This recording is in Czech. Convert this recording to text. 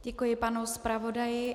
Děkuji panu zpravodaji.